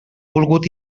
volgut